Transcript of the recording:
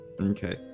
Okay